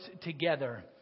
together